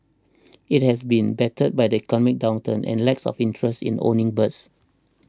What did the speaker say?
it has also been battered by the economic downturn and lacks of interest in owning birds